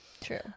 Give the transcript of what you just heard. True